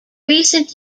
recent